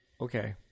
Okay